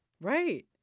Right